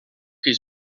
his